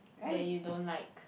that you don't like